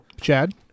Chad